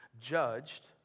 judged